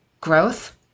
growth